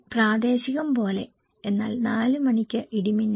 പ്രാദേശികം പോലെ എന്നാൽ 4 മണിക്ക് ഇടിമിന്നൽ